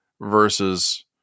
versus